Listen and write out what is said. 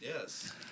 Yes